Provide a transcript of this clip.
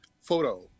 photo